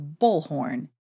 bullhorn